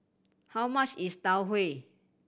how much is Tau Huay